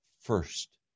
first